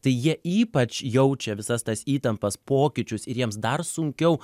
tai jie ypač jaučia visas tas įtampas pokyčius ir jiems dar sunkiau